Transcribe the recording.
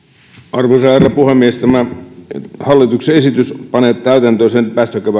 arvoisa herra puhemies tämä hallituksen esitys panee täytäntöön sen